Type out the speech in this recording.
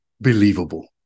believable